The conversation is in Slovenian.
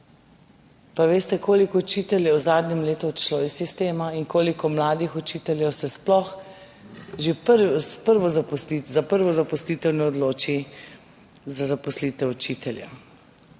pa veste, koliko učiteljev je v zadnjem letu odšlo iz sistema in koliko mladih učiteljev se sploh za prvo zaposlitev ne odloči, za zaposlitev učitelja,